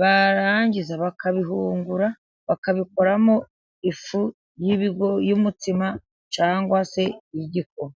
barangiza bakabihungura, bakabikoramo ifu y'ibigori y'umutsima cyangwa se iy'igikoma.